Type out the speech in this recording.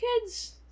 kids